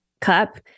cup